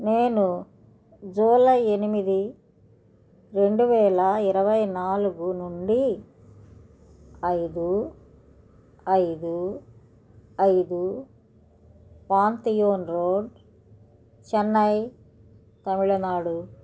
నేను జులై ఎనిమిది రెండు వేల ఇరవై నాలుగు నుండి ఐదు ఐదు ఐదు పాంథియోన్ రోడ్ చెన్నై తమిళనాడు